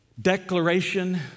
Declaration